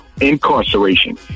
incarceration